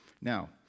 now